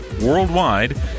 worldwide